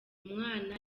umwana